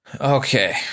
Okay